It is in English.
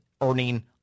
earning